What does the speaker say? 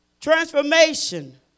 transformation